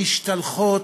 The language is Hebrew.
משתלחות,